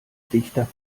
dichter